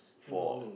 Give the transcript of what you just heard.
for